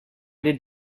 did